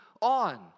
on